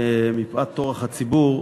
מפאת טורח הציבור.